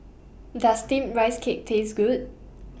Does Steamed Rice Cake Taste Good